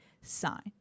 sign